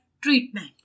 treatment